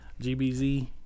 GBZ